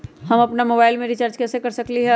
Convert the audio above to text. हम अपन मोबाइल में रिचार्ज कैसे कर सकली ह?